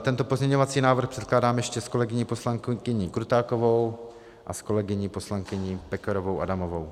Tento pozměňovací návrh předkládám ještě s kolegyní poslankyní Krutákovou a s kolegyní poslankyní Pekarovou Adamovou.